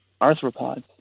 arthropods